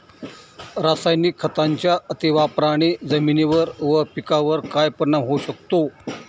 रासायनिक खतांच्या अतिवापराने जमिनीवर व पिकावर काय परिणाम होऊ शकतो?